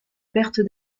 perte